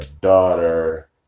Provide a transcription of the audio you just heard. daughter